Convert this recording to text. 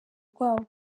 rwabo